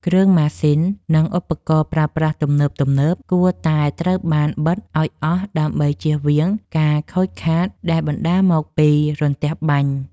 គ្រឿងម៉ាស៊ីន និងឧបករណ៍ប្រើប្រាស់ទំនើបៗគួរតែត្រូវបានបិទឱ្យអស់ដើម្បីជៀសវាងការខូចខាតដែលបណ្តាលមកពីរន្ទះបាញ់។